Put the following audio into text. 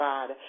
God